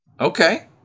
Okay